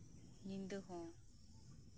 ᱧᱤᱫᱟᱹ ᱦᱚᱸ